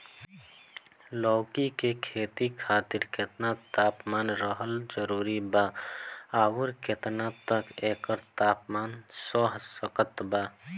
लौकी के खेती खातिर केतना तापमान रहल जरूरी बा आउर केतना तक एकर तापमान सह सकत बा?